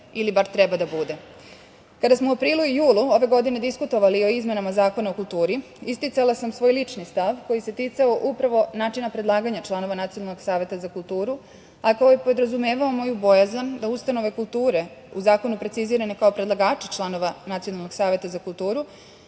ili bar treba da bude. Kada smo u aprilu i julu ove godine diskutovali o izmenama Zakona o kulturi, isticala sam svoj lični stav koji se ticao upravo načina predlaganja članova Nacionalnog saveta za kulturu, a koji je podrazumevao moju bojazan da ustanove kulture u Zakonu precizirane kao predlagači Nacionalnog saveta za kulturu,